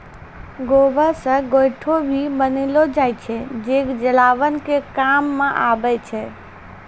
गोबर से गोयठो भी बनेलो जाय छै जे जलावन के काम मॅ आबै छै